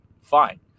fine